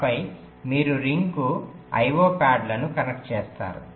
ఆపై మీరు రింగ్కు I O ప్యాడ్లను కనెక్ట్ చేస్తారు